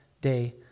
day